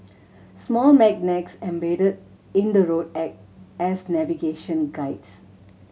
small magnets embedded in the road act as navigation guides